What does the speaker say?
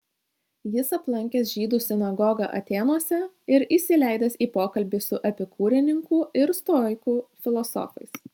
jis aplankęs žydų sinagogą atėnuose ir įsileidęs į pokalbį su epikūrininkų ir stoikų filosofais